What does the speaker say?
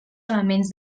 elements